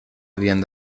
habían